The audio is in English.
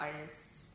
artists